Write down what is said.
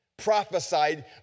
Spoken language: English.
prophesied